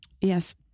yes